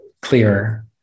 clearer